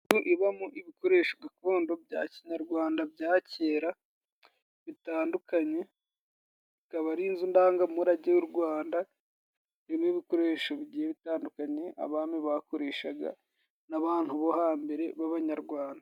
Inzu ibamo ibikoresho gakondo bya kinyarwanda bya kera bitandukanye, ikaba ari inzu ndangamurage y'u rwanda irimo ibikoresho bigiye bitandukanye abami bakoreshaga n'abantu bo hambere b'abanyarwanda.